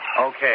Okay